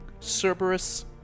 Cerberus